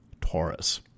Taurus